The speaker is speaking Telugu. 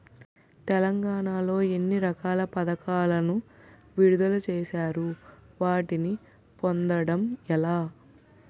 తెలంగాణ లో ఎన్ని రకాల పథకాలను విడుదల చేశారు? వాటిని పొందడం ఎలా?